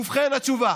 ובכן, התשובה: